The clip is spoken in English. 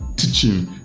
Teaching